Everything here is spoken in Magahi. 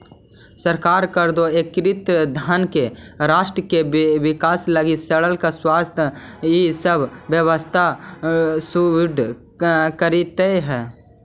सरकार कर दो एकत्रित धन से राष्ट्र के विकास लगी सड़क स्वास्थ्य इ सब व्यवस्था सुदृढ़ करीइत हई